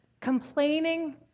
complaining